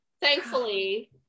thankfully